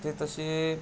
ते तसे